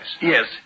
Yes